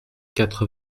quatre